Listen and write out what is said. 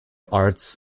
arts